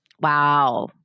Wow